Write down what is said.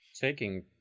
taking